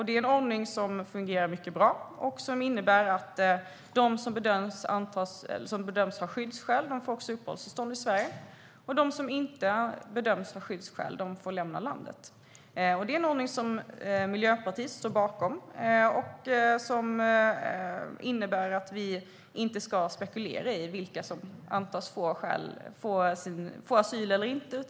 Det är en ordning som fungerar mycket bra och som innebär att de som bedöms ha skyddsskäl får uppehållstillstånd i Sverige, och de som inte bedöms ha skyddsskäl får lämna landet. Det är en ordning som Miljöpartiet står bakom och som innebär att vi inte ska spekulera i vilka som antas få asyl eller inte.